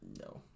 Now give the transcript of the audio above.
No